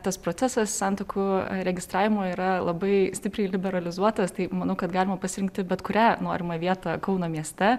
tas procesas santuokų registravimo yra labai stipriai liberalizuotas tai manau kad galima pasirinkti bet kurią norimą vietą kauno mieste